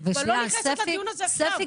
זה סופר חשוב לנו.